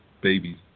babies